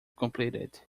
completed